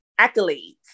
accolades